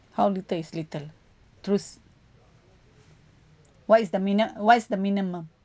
how little is little truce what is the minim~ what is the minimum